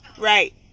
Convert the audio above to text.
Right